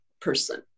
person